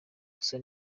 gusa